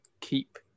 keep